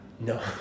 No